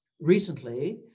recently